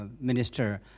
minister